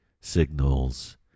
signals